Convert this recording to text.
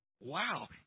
Wow